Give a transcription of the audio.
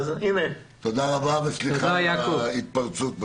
תודה רבה וסליחה על ההתפרצות.